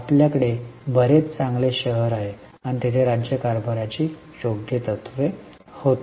आपल्याकडे बरेच चांगले शहर आहे आणि तेथे राज्यकारभाराची योग्य तत्त्वे होती